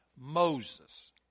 Moses